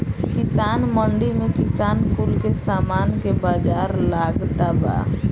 किसान मंडी में किसान कुल के सामान के बाजार लागता बा